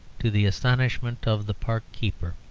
to the astonishment of the park-keeper.